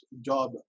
job